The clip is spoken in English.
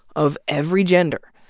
of every gender,